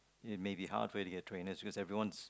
it may be hard for you to get trainers because everyone's